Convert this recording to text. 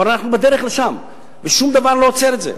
אבל אנחנו בדרך לשם ושום דבר לא עוצר את זה.